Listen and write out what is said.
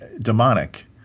demonic